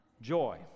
Joy